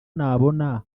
nabona